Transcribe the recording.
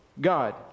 god